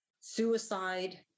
suicide